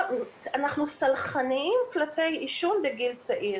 אנחנו סלחניים כלפי עישון והתמכרות בגיל צעיר.